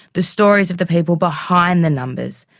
the stories of the people behind the numbers,